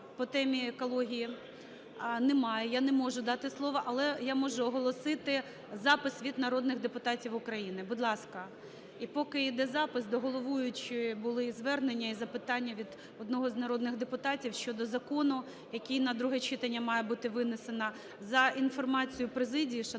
по темі екології? Немає. Я не можу дати слово, але я можу оголосити запис від народних депутатів України. Будь ласка. І поки іде запис, до головуючої були звернення і запитання від одного з народних депутатів щодо закону, який на друге читання має бути винесено. За інформацією Президії, шановний